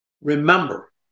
remember